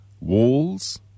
walls